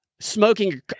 smoking